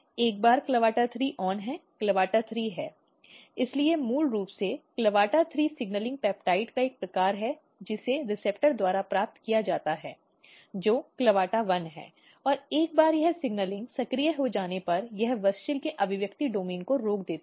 एक बार CLAVATA3 on है CLAVATA3 है इसलिए मूल रूप से CLAVATA3 सिग्नलिंग पेप्टाइड का एक प्रकार है इसे रिसेप्टर द्वारा प्राप्त किया जाता है जो CLAVATA1 है और एक बार यह सिग्नलिंग सक्रिय हो जाने पर यह WUSCHEL के अभिव्यक्ति डोमेन को रोक देता है